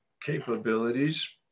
capabilities